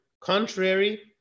contrary